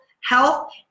health